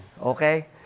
Okay